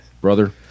brother